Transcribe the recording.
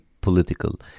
political